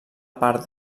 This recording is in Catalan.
part